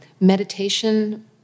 Meditation